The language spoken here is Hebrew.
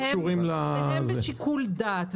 והן בשיקול דעת.